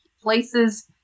places